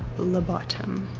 the bottom